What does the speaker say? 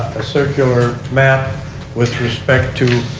a circular map with respect to